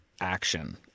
action